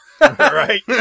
Right